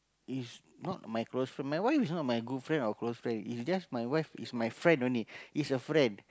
is not my close friend my wife is not my good friend or close friend is just my wife is my friend only is a friend